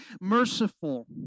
merciful